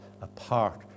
apart